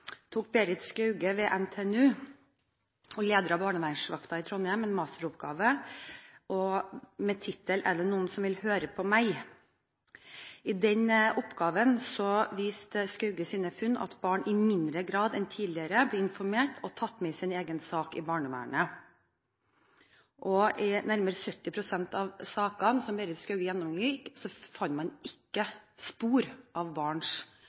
tok Berit Skauge ved NTNU og leder av barnevernsvakta i Trondheim en masteroppgave med tittelen «Er det noen som vil høre på meg?». I oppgaven viste Skauges funn at barn i mindre grad enn tidligere blir informert og tatt med i sin egen sak i barnevernet. I nærmere 70 pst. av sakene som Berit Skauge gjennomgikk, fant man ikke spor av barns